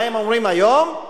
מה הם אומרים היום?